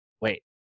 wait